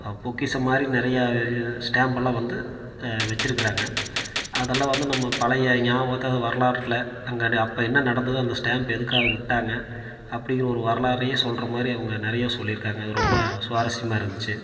பொக்கிஷம் மாதிரி நிறையா ஸ்டாம்ப்பெலாம் வந்து வச்சுருக்குறாங்க அதெல்லாம் வந்து நம்ம பழைய ஞாபகத்தை வரலாற்றில் அங்கே அப்போ என்ன நடந்தது அந்த ஸ்டாம்ப் எதுக்காக விட்டாங்க அப்படிங்கிற ஒரு வரலாறையே சொல்கிற மாதிரி அவங்க நிறையா சொல்லியிருக்காங்க ரொம்ப சுவாரஸ்யமா இருந்துச்சு